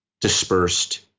dispersed